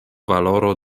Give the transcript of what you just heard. valoro